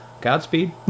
Godspeed